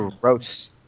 Gross